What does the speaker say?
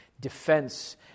Defense